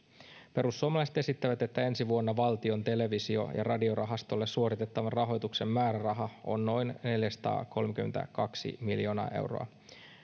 perussuomalaiset esittävät että ensi vuonna valtion televisio ja radiorahastolle suoritettavan rahoituksen määräraha on noin neljäsataakolmekymmentäkaksi miljoonaa euroa